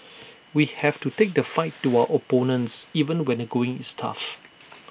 we have to take the fight to our opponents even when the going is tough